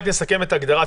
רק נסכם את ההגדרה,